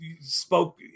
spoke